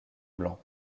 blanc